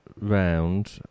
round